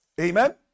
Amen